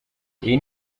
iyi